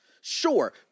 Sure